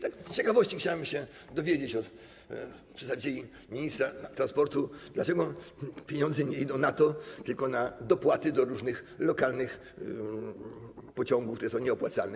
Tak z ciekawości chciałbym się dowiedzieć od przedstawicieli ministra transportu, dlaczego pieniądze nie idą na to, tylko na dopłaty do różnych lokalnych pociągów, które są nieopłacalne.